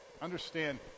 Understand